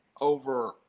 over